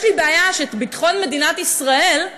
יש לי בעיה שביטחון מדינת ישראל,